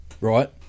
right